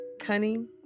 cunning